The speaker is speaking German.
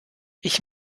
ich